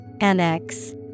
Annex